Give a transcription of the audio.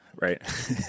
Right